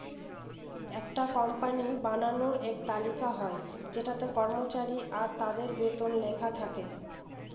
একটা কোম্পানির বানানো এক তালিকা হয় যেটাতে কর্মচারী আর তাদের বেতন লেখা থাকে